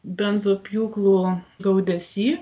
benzopjūklų gaudesy